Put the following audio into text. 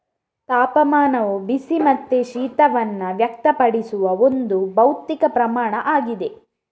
ತಾಪಮಾನವು ಬಿಸಿ ಮತ್ತೆ ಶೀತವನ್ನ ವ್ಯಕ್ತಪಡಿಸುವ ಒಂದು ಭೌತಿಕ ಪ್ರಮಾಣ ಆಗಿದೆ